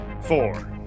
four